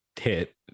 hit